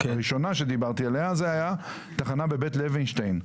הראשונה שדיברתי עליה זה תחנה בבית לוינשטיין.